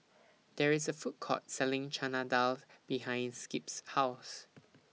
There IS A Food Court Selling Chana Dal behind Skip's House